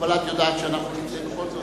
אנו ממשיכים בסדר-היום.